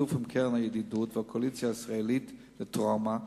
בשיתוף עם קרן הידידות והקואליציה הישראלית לטראומה,